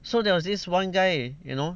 so there was this one guy you know